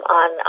on